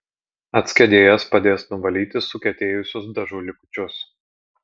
atskiedėjas padės nuvalyti sukietėjusius dažų likučius